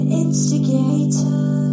instigator